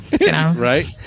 Right